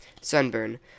Sunburn